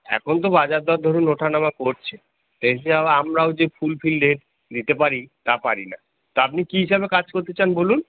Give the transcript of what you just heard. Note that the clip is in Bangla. এখন তো বাজারদর ধরুন ওঠা নামা করছে সেই হিসাবে আমরাও যে ফুলফিল রেট দিতে পারি তা পারি না তা আপনি কী হিসাবে কাজ করতে চান বলুন